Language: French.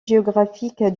géographique